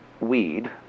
weed